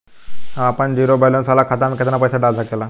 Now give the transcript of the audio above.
हम आपन zero balance वाला खाता मे केतना पईसा डाल सकेला?